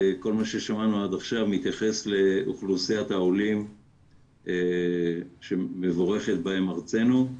כל מה ששמענו עד עכשיו מתייחס לאוכלוסיית העולים שמבורכת בהם ארצנו.